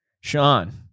Sean